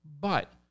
but-